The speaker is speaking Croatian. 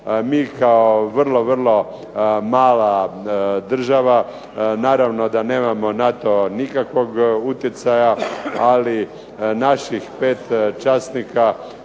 Mi kao vrlo, vrlo mala država naravno da nemamo na to nikakvog utjecaja, ali naših 5 časnika